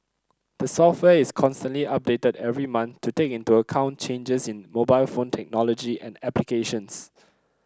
the software is constantly updated every month to take into account changes in mobile phone technology and applications